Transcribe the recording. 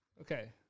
Okay